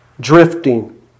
Drifting